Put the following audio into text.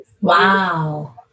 wow